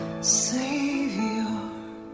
Savior